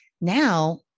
now